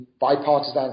bipartisan